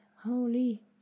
holy